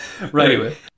Right